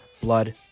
blood